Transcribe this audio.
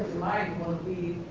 might be